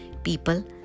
People